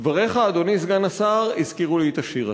דבריך, אדוני סגן השר, הזכירו לי את השיר הזה.